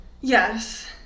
Yes